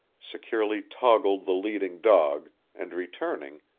securely toggled the leading dog, and returning,